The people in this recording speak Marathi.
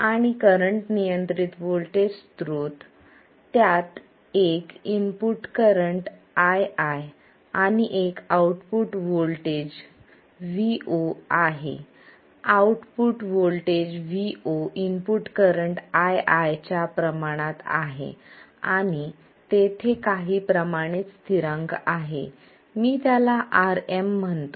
आणि करंट नियंत्रित व्होल्टेज स्त्रोत त्यात एक इनपुट करंट ii आणि एक आउटपुट व्होल्टेज vo आहे आणि output voltage vo input current ii च्या प्रमाणात आहे आणि तेथे काही प्रमाणित स्थिरांक आहे मी त्याला Rm म्हणतो